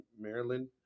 Maryland